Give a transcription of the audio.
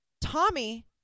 Tommy